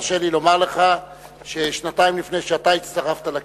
תרשה לי לומר לך ששנתיים לפני שאתה הצטרפת לכנסת,